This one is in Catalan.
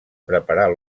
preparar